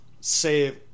say